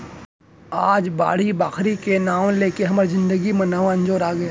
आज बाड़ी बखरी के नांव लेके हमर जिनगी म नवा अंजोर आगे